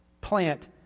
plant